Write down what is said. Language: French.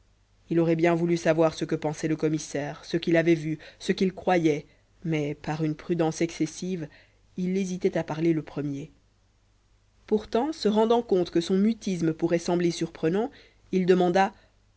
il aurait bien voulu savoir ce que pensait le commissaire ce qu'il avait vu ce qu'il croyait mais par une prudence excessive il hésitait à parler le premier pourtant se rendant compte que son mutisme pourrait sembler surprenant il demanda